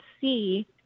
see